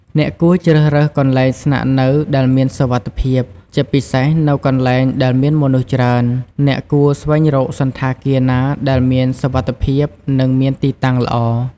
អ្នកគួរជ្រើសរើសកន្លែងស្នាក់នៅដែលមានសុវត្ថិភាព ជាពិសេសនៅកន្លែងដែលមានមនុស្សច្រើន អ្នកគួរស្វែងរកសណ្ឋាគារណាដែលមានសុវត្ថិភាព និងមានទីតាំងល្អ។